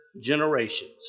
generations